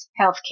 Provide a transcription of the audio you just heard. Healthcare